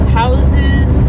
houses